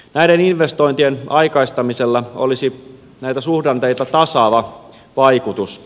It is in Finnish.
näiden investointien aikaistamisella olisi näitä suhdanteita tasaava vaikutus